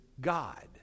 God